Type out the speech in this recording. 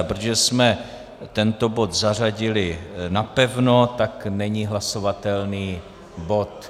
A protože jsme tento bod zařadili napevno, tak není hlasovatelný bod...